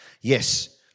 Yes